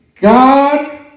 God